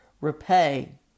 repay